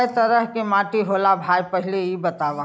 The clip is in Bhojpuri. कै तरह के माटी होला भाय पहिले इ बतावा?